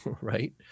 right